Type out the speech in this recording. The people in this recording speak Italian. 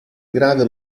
grave